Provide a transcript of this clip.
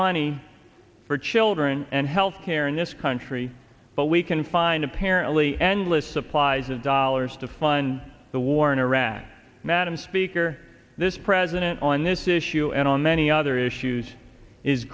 money for children and health care in this country but we can find apparently endless supplies of dollars to fund the war in iraq madam speaker this president on this issue and on many other issues is